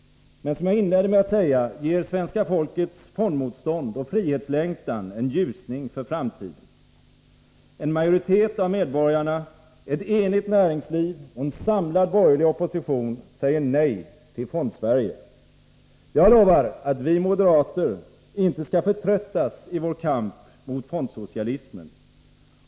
Men som jag inledde med att säga ger svenska folkets fondmotstånd och frihetslängtan en ljusning för framtiden. En majoritet av medborgarna, ett enigt näringsliv och en samlad borgerlig opposition säger nej till Fondsverige. Jag lovar att vi moderater inte skall förtröttas i vår kamp mot fondsocialismen.